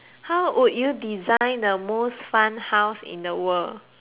design the most fun house in the world